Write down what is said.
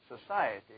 society